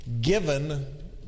given